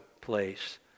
place